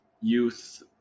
youth